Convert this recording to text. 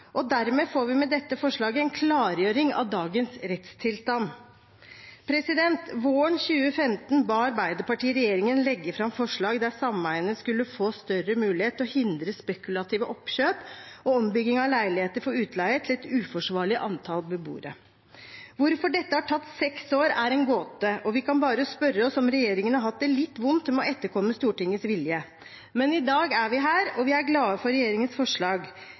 og dermed får vi med dette forslaget en klargjøring av dagens rettstilstand. Våren 2015 ba Arbeiderpartiet regjeringen legge fram forslag der sameiene skulle få større mulighet til å hindre spekulative oppkjøp og ombygging av leiligheter for utleie til et uforsvarlig antall beboere. Hvorfor dette har tatt seks år, er en gåte, og vi kan bare spørre oss om regjeringen har hatt det litt vondt med å etterkomme Stortingets vilje, men i dag er vi her. Vi er glade for regjeringens forslag,